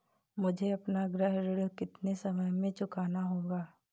मुझे अपना गृह ऋण कितने समय में चुकाना होगा?